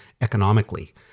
economically